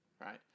Right